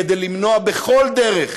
כדי למנוע בכל דרך